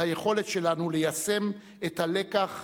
ליכולת שלנו ליישם את הלקח